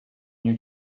new